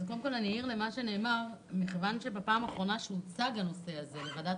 בפעם האחרונה שהוצג הנושא לוועדה,